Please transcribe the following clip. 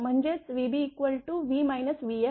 म्हणजेच vb v vfआहे